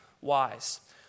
wise